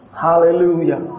Hallelujah